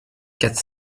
quatre